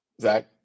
Zach